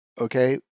okay